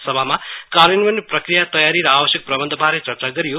सभामा कार्यन्वयन प्रक्रिया तयारी र आवश्यक प्रबन्धबारे चर्चा गरियो